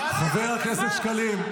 חבר הכנסת שקלים,